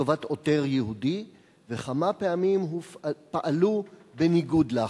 לטובת עותר יהודי וכמה פעמים פעלו בניגוד להחלטה?